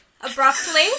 abruptly